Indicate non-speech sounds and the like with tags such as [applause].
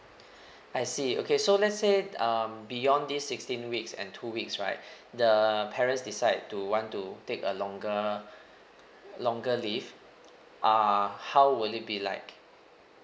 [breath] I see okay so let's say um beyond this sixteen weeks and two weeks right [breath] the uh parents decide to want to take a longer longer leave uh how would it be like